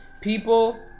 People